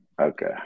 Okay